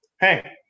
Hey